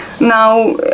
now